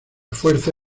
fuerza